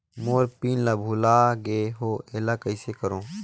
मोर PIN ला भुला गे हो एला कइसे करो?